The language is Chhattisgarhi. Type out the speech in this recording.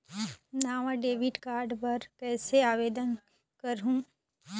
नावा डेबिट कार्ड बर कैसे आवेदन करहूं?